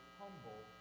humble